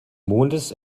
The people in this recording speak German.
mondes